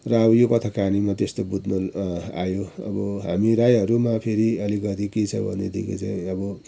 र अब यो कथा काहानीमा त्यस्तो बुझन आयो अब हामी राईहरूमा फेरि अलिकति के छ भनेदेखि चाहिँ अब